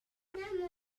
mae